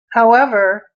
however